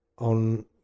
on